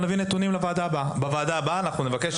לישיבה הבאה של הוועדה אנחנו נביא נתונים.